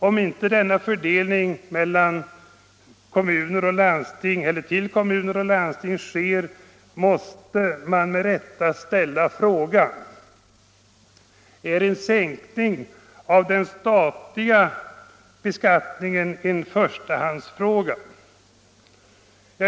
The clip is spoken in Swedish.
Om inte denna fördelning till kommuner och landsting sker måste man ställa frågan: Är sänkning av den statliga beskattningen en förstahandsfråga?